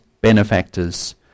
benefactors